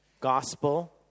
gospel